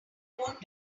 want